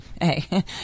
hey